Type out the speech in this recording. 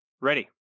Ready